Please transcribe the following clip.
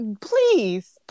please